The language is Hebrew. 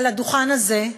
מהדוכן הזה,